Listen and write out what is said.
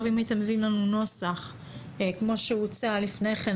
אם הייתם מביאים לנו נוסח כמו שהוצע לפני כן,